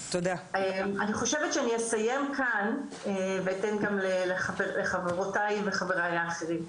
אני חושבת שאני אסיים כאן ואתן גם לחברותיי וחבריי האחרים.